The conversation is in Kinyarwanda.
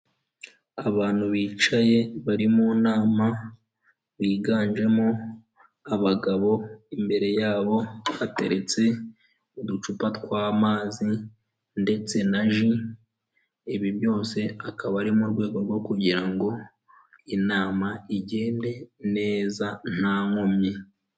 Abantu bicaye bari mu nama biganjemo abagabo imbere yabo hateretse uducupa tw'amazi ndetse na ji, ibi byose akaba ari mu rwego rwo kugira ngo inama igende neza nta nkomyi.